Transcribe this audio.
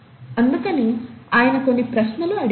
అందుకని అతను కొన్ని ప్రశ్నలు అడిగారు